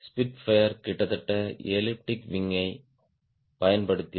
Spitfire கிட்டத்தட்ட elliptic wing யைப் பயன்படுத்தியது